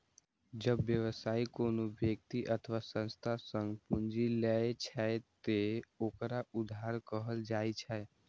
जब व्यवसायी कोनो व्यक्ति अथवा संस्था सं पूंजी लै छै, ते ओकरा उधार कहल जाइ छै